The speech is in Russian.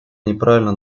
неправильно